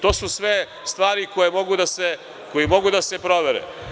To su sve stvari koje mogu da se provere.